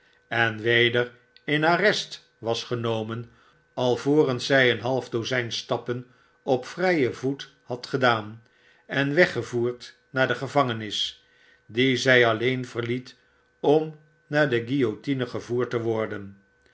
en weder in arrest was genomen alvorens zij een half dozjjn stappen op vrijen voet had gedaan en weggevoerd naar de gevangenis die zy alleen verliet om naar de guillotine gevoerdte worden